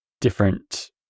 different